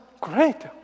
great